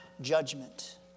judgment